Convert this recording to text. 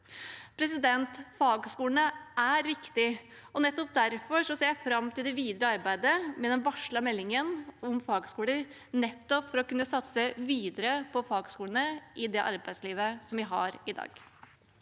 neste år. Fagskolene er viktige. Derfor ser jeg fram til det videre arbeidet med den varslede meldingen om fagskoler, nettopp for å kunne satse videre på fagskolene i det arbeidslivet vi har i dag.